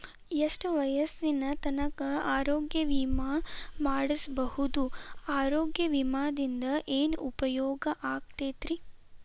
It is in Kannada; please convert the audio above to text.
ಎಷ್ಟ ವಯಸ್ಸಿನ ತನಕ ಆರೋಗ್ಯ ವಿಮಾ ಮಾಡಸಬಹುದು ಆರೋಗ್ಯ ವಿಮಾದಿಂದ ಏನು ಉಪಯೋಗ ಆಗತೈತ್ರಿ?